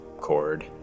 chord